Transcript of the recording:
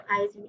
eyes